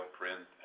print